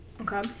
Okay